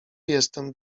jestem